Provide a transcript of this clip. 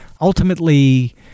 ultimately